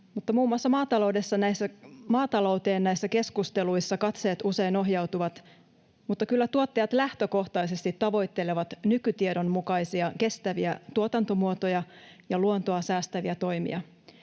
Muun muassa maatalouteen näissä keskusteluissa katseet usein ohjautuvat, mutta kyllä tuottajat lähtökohtaisesti tavoittelevat nykytiedon mukaisia kestäviä tuotantomuotoja ja luontoa säästäviä toimia.